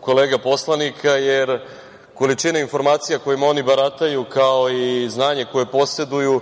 kolega poslanika, jer količina informacija kojim oni barataju kao i znanje koje poseduju